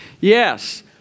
Yes